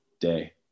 day